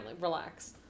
relax